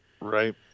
Right